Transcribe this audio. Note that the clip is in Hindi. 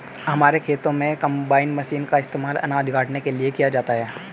हमारे खेतों में कंबाइन मशीन का इस्तेमाल अनाज काटने के लिए किया जाता है